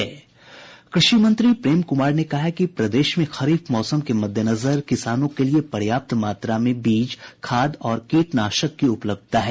कृषि मंत्री प्रेम कुमार ने कहा है कि प्रदेश में खरीफ मौसम के मद्देनजर किसानों के लिए पर्याप्त मात्रा में बीज खाद और कीटनाशक की उपलब्धता है